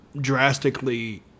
drastically